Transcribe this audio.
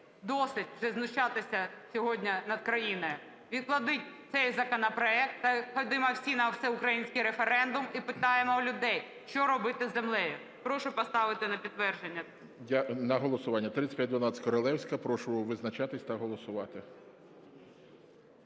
Досить знущатися сьогодні над країною. Відкладіть цей законопроект та ходімо всі на всеукраїнський референдум, і запитаємо в людей, що робити з землею. Прошу поставити на підтвердження. ГОЛОВУЮЧИЙ. На голосування. 3512, Королевська. Прошу визначатися та голосувати.